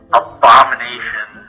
abomination